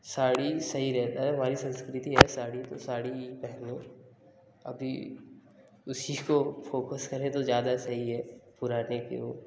साड़ी सही रहता है हमारी संस्कृति है साड़ी तो साड़ी ही पहनें अभी उसी को फोकस करें तो ज़्यादा सही है पुराने के वो